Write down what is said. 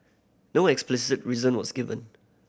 no explicit reason was given